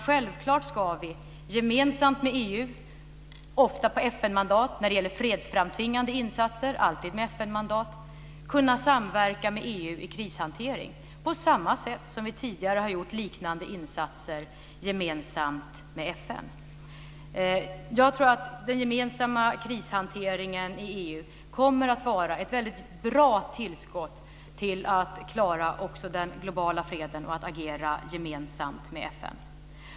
Självfallet ska vi gemensamt med EU - alltid med FN-mandat när det gäller fredsframtvingande insatser - kunna samverka med EU vid krishantering på samma sätt som vi tidigare har gjort liknande insatser gemensamt med Jag tror att den gemensamma krishanteringen i EU kommer att vara ett väldigt bra tillskott till att klara den globala freden och till att agera gemensamt med FN.